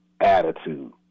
attitude